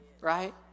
right